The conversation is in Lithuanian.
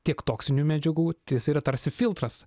tiek toksinių medžiagų tai jis yra tarsi filtras